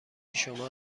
شما